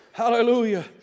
Hallelujah